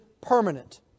permanent